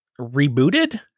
rebooted